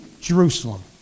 Jerusalem